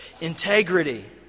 Integrity